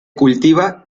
cultiva